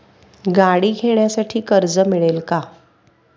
गाडी घेण्यासाठी कर्ज मिळेल का?